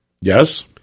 Yes